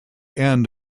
end